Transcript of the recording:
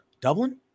Dublin